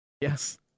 Yes